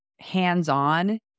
hands-on